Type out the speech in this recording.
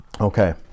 Okay